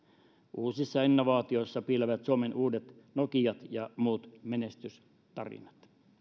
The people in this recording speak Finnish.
uusissa innovaatioissa piilevät suomen uudet nokiat ja muut menestystarinat